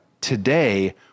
today